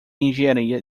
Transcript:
engenharia